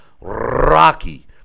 Rocky